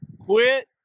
quit